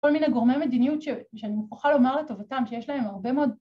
‫כל מיני גורמי מדיניות, ‫שאני מוכרחה לומר לטובתם, ‫שיש להם הרבה מאוד...